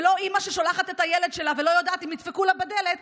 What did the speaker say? ולא שאימא ששולחת את הילד שלה ולא יודעת אם ידפקו לה בדלת,